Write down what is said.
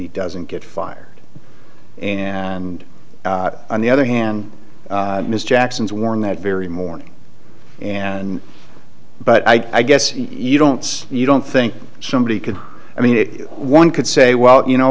he doesn't get fired and on the other hand mr jackson's were in that very morning and but i guess you don't you don't think somebody could i mean one could say well you know